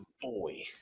boy